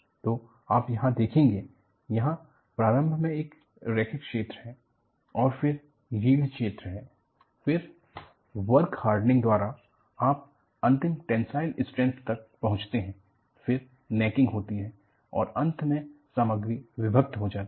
review of tension test bending and torsion तो आप यहां देखेंगे यहां प्रारंभ में एक रैखिक क्षेत्र है फिर यील्ड क्षेत्र है फिर वर्क हार्डनिंग द्वारा आप अंतिम टेंसाइल स्ट्रैंथ तक पहुँचते हैं फिर नैकिंग होती है और अंत में सामग्री विभक्त हो जाती है